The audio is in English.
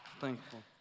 thankful